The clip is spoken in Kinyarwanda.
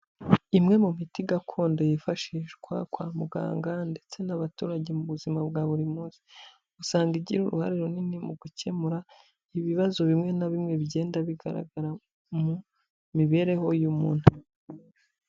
Imwe mu miti gakondo yifashishwa kwa muganga ndetse n'abaturage mu buzima bwa buri munsi, usanga igira uruhare runini mu gukemura ibibazo bimwe na bimwe bigenda bigaragara mu mibereho y'umuntu mu buzima bwa buri munsi.